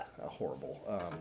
horrible